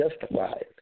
justified